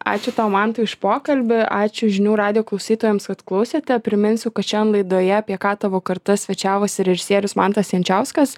ačiū tau mantai už pokalbį ačiū žinių radijo klausytojams kad klausėte priminsiu kad šian laidoje apie ką tavo kartą svečiavosi režisierius mantas jančiauskas